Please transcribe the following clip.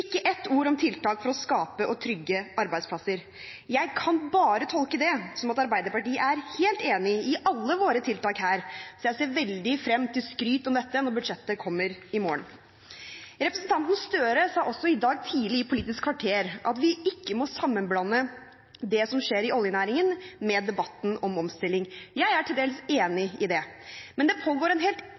ett ord om tiltak for å skape og trygge arbeidsplasser. Jeg kan bare tolke det som at Arbeiderpartiet er helt enig i alle våre tiltak her, så jeg ser veldig frem til skryt om dette når budsjettet kommer i morgen. Representanten Gahr Støre sa også i dag tidlig i Politisk kvarter at vi ikke må sammenblande det som skjer i oljenæringen, med debatten om omstilling. Jeg er til dels enig i det. Men det pågår en helt